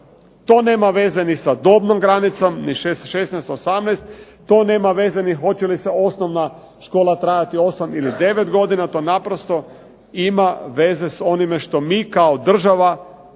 To nema veze ni sa dobnom granicom, ni 16, 18. To nema veze ni hoće li osnovna škola trajati 8 ili 9 godina. To naprosto ima veze s onime što mi kao država,